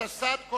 התשס"ט 2009,